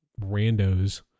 randos